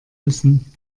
müssen